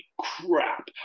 crap